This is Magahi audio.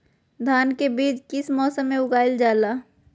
धान के बीज किस मौसम में उगाईल जाला?